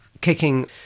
Kicking